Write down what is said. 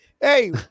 Hey